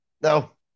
No